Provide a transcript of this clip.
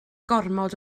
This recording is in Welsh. gormod